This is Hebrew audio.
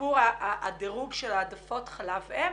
בסיפור הדירוג של העדפות חלב אם?